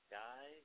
guy